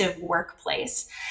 workplace